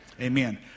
amen